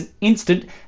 instant